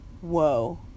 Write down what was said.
whoa